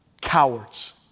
cowards